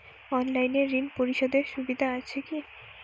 অনলাইনে ঋণ পরিশধের সুবিধা আছে কি?